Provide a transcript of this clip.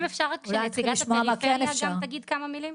אם אפשר שנציגת הפריפריה תגיד כמה מילים?